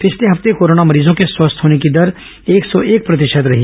पिछले हफ्ते कोरोना मरीजों के स्वस्थ होने की दर एक सौ एक प्रतिशत रही